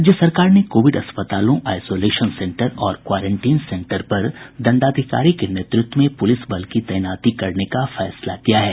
राज्य सरकार ने कोविड अस्पतालों आईसोलेशन सेंटर और क्वारेंटीन सेंटर पर दंडाधिकारी के नेतृत्व में पुलिस बल की तैनाती करने का फैसला किया है